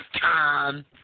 time